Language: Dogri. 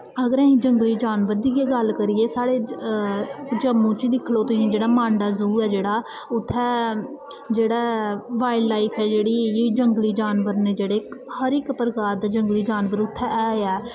अगर असीं जंगली जानवर दी गै गल्ल करिये साढ़े जम्मू च दिक्खी लैओ तुस जेह्ड़ा मांडा ज़ू ऐ जेह्ड़ा उत्थै जेह्ड़ा ऐ वाइल्ड लाइफ ऐ जेह्ड़ी एह् जंगली जानवर न जेह्ड़े हर इक प्रकार दा जंगली जानवर उत्थें है ऐ